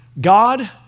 God